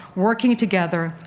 working together,